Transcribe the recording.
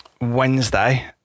Wednesday